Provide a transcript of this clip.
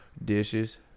Dishes